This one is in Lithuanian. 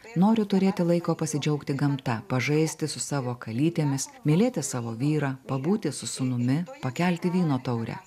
kai noriu turėti laiko pasidžiaugti gamta pažaisti su savo kalytėmis mylėti savo vyrą pabūti su sūnumi pakelti vyno taurę